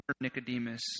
Nicodemus